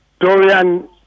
Dorian